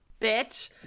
Bitch